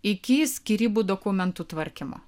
iki skyrybų dokumentų tvarkymo